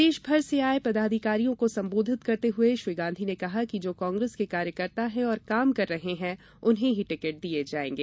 प्रदेश भर से आये पदाधिकारियों को संबोधित करते हुए श्री गांधी ने कहा कि जो कांग्रेस के कार्यकर्ता है और काम कर रहे हैं उन्हें टिकिट दिये जायेंगे